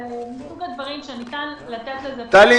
זה מסוג הדבר שניתן לתת לזה פתרון טכנולוגי,